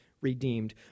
redeemed